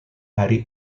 hari